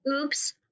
oops